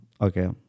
Okay